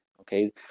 Okay